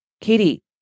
Katie